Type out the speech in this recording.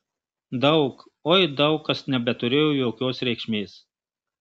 daug oi daug kas nebeturėjo jokios reikšmės